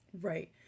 Right